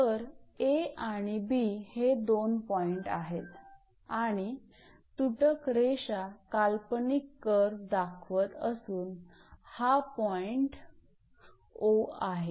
तर 𝐴 आणि 𝐵 हे दोन पॉईंट आहे आणि तुटक रेषा काल्पनिक कर्व दाखवत असून हा पॉईंट 𝑂 आहे